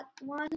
one